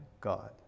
God